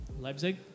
Leipzig